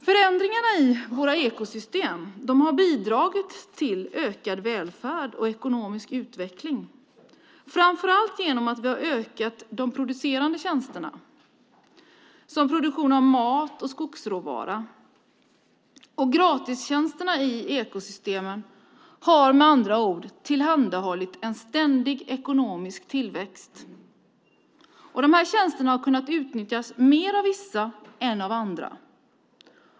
Förändringarna i våra ekosystem har bidragit till ökad välfärd och ekonomisk utveckling, framför allt genom att vi har ökat de producerande tjänsterna som produktion av mat och skogsråvara. Gratistjänsterna i ekosystemen har med andra ord tillhandahållit en ständig ekonomisk tillväxt. De tjänsterna har kunnat utnyttjas mer av vissa än av andra.